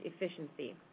efficiency